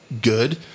good